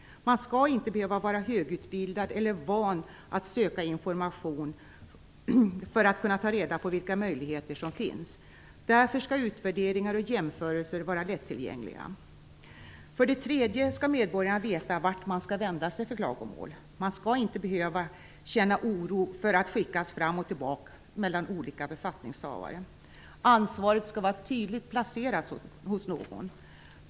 Man skall inte behöva vara högutbildad eller van att söka information för att kunna ta reda på vilka möjligheter som finns. Därför skall utvärderingar och jämförelser vara lättillgängliga. För det tredje skall medborgarna veta vart man skall vända sig med klagomål. Man skall inte behöva känna oro för att skickas fram och tillbaka mellan olika befattningshavare. Ansvaret skall vara tydligt placerat hos någon.